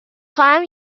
خواهم